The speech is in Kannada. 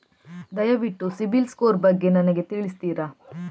ದಯವಿಟ್ಟು ಸಿಬಿಲ್ ಸ್ಕೋರ್ ಬಗ್ಗೆ ನನಗೆ ತಿಳಿಸ್ತಿರಾ?